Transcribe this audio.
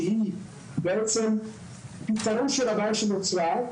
שהיא פתרון של הבעיה שנוצרה,